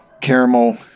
caramel